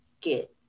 get